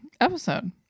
episode